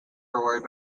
reward